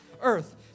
earth